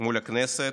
מול הכנסת,